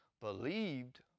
believed